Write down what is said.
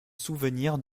souvenirs